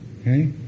Okay